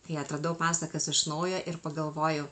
kai atradau pasakas iš naujo ir pagalvojau